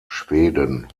schweden